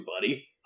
buddy